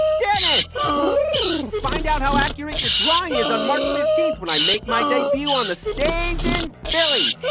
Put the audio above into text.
dennis find out how accurate your drawing is on march fifteen when i make my debut on the stage in philly.